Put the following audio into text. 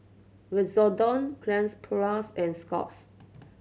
Redoxon Cleanz Plus and Scott's